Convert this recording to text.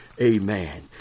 amen